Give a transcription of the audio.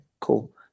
cool